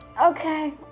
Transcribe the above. Okay